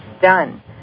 done